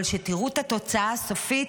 אבל כשתראו את התוצאה הסופית,